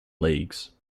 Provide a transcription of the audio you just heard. leagues